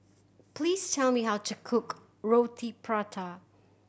please tell me how to cook Roti Prata